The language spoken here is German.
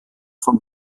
von